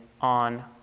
on